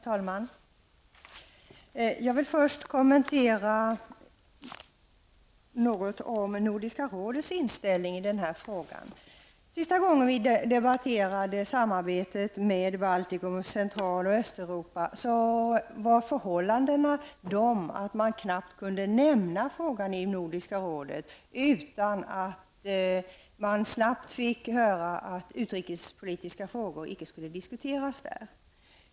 Herr talman! Jag vill först något kommentera Nordiska rådets inställning i den här frågan. Senast vi debatterade samarbetet med Baltikum och Central och Östeuropa var förhållandena sådana att man knappt kunde nämna frågan i Nordiska rådet utan att man snabbt fick höra att utrikespolitiska frågor icke skulle diskuteras där.